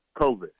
COVID